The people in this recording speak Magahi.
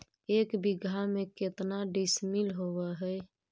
एक बीघा में केतना डिसिमिल होव हइ?